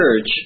church